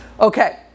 Okay